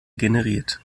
generiert